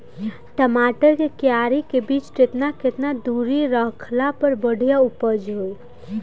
टमाटर के क्यारी के बीच मे केतना केतना दूरी रखला पर बढ़िया उपज होई?